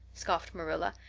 scoffed marilla.